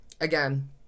again